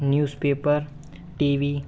newspaper TV